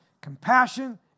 Compassion